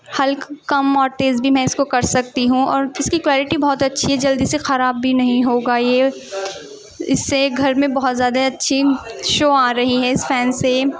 ہلکا کم اور تیز بھی میں اس کو کر سکتی ہوں اور اس كى كوالٹى بہت اچّھى ہے جلدى سے خراب بھى نہیں ہوگا یہ اس سے گھر ميں بہت زيادہ اچّھی شو آ رہى ہے اس فین سے